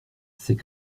c’est